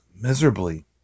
miserably